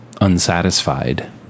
unsatisfied